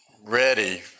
ready